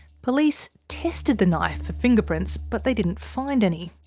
police tested the knife for fingerprints. but they didn't find any.